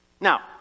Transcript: Now